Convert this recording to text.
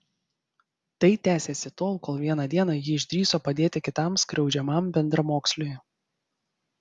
tai tęsėsi tol kol vieną dieną jis išdrįso padėti kitam skriaudžiamam bendramoksliui